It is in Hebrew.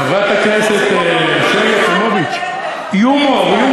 חברת הכנסת שלי יחימוביץ, אחד בלב